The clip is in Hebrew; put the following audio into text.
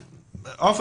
עופר,